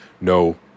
no